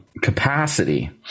capacity